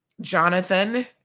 Jonathan